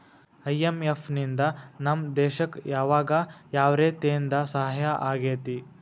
IMF ನಿಂದಾ ನಮ್ಮ ದೇಶಕ್ ಯಾವಗ ಯಾವ್ರೇತೇಂದಾ ಸಹಾಯಾಗೇತಿ?